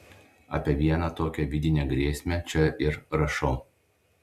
apie vieną tokią vidinę grėsmę čia ir rašau